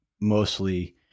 mostly